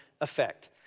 effect